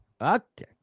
okay